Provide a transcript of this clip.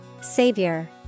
Savior